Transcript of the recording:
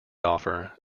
offer